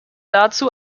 dazu